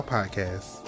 Podcast